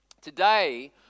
today